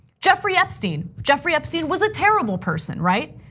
jeffrey epstein. jeffrey epstein was a terrible person, right?